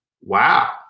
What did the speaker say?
Wow